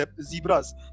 zebras